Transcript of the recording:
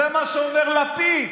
זה מה שאומר לפיד.